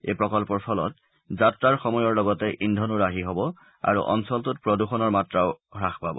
এই প্ৰকল্পৰ ফলত যাত্ৰাৰ সময়ৰ লগতে ইন্ধনো ৰাহি হ'ব আৰু অঞ্চলটোত প্ৰদূষণৰ মাত্ৰাও হ্ৰাস পাব